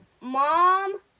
Mom